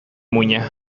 muina